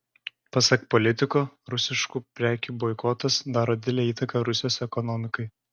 pasak politiko rusiškų prekių boikotas daro didelę įtaką rusijos ekonomikai